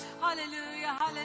Hallelujah